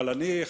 אבל אני,